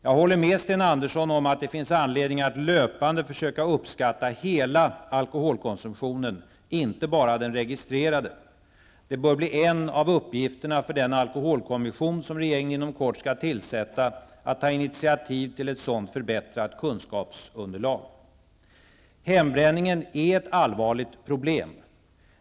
Jag håller med Sten Andersson om att det finns anledning att löpande försöka uppskatta hela alkoholkonsumtionen, inte bara den registrerade. Det bör bli en av uppgifterna för den alkoholkommission som regeringen inom kort skall tillsätta att ta initiativ till ett sådant förbättrat kunskapsunderlag. Hembränningen är ett allvarligt problem.